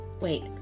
wait